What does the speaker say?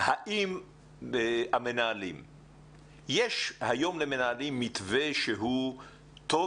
אני רוצה לשאול אותך האם יש היום למנהלים מתווה שהוא טוב